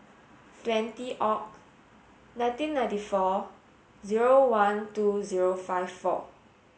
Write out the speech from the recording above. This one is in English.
twenty Oct nineteen ninety four zero one two zero five four